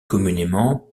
communément